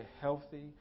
healthy